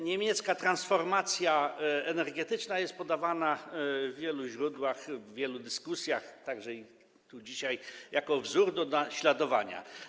Niemiecka transformacja energetyczna jest przedstawiana w wielu źródłach, w wielu dyskusjach, także tu dzisiaj, jako wzór do naśladowania.